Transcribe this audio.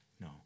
No